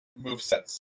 movesets